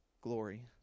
glory